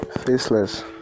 FACELESS